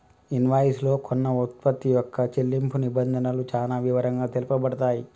invoice లో కొన్న వుత్పత్తి యొక్క చెల్లింపు నిబంధనలు చానా వివరంగా తెలుపబడతయ్